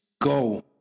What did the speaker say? go